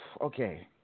Okay